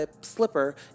slipper